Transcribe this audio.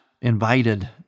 invited